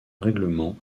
règlement